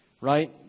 right